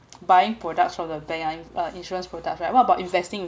buying products from the bank uh insurance products right what about investing